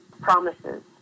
promises